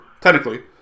technically